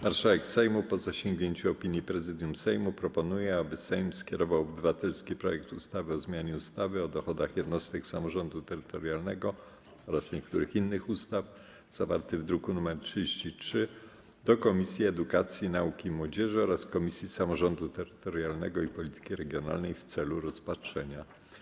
Marszałek Sejmu, po zasięgnięciu opinii Prezydium Sejmu, proponuje, aby Sejm skierował obywatelski projekt ustawy o zmianie ustawy o dochodach jednostek samorządu terytorialnego oraz niektórych innych ustaw, zawarty w druku nr 33, do Komisji Edukacji, Nauki i Młodzieży oraz Komisji Samorządu Terytorialnego i Polityki Regionalnej w celu rozpatrzenia.